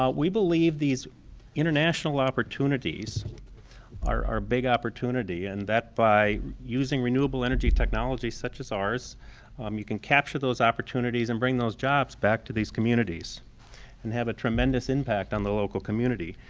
um we believe these international opportunities are a big opportunity and that by using renewable energy technology such as ours um you can capture those opportunities and bring those jobs back to these communities and have a tremendous impact on the local community.